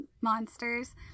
monsters